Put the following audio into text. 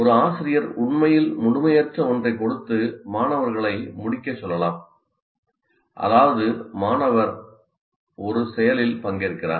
ஒரு ஆசிரியர் உண்மையில் முழுமையற்ற ஒன்றைக் கொடுத்து மாணவர்களை முடிக்கச் சொல்லலாம் அதாவது ஒரு மாணவர் ஒரு செயலில் பங்கேற்கிறார்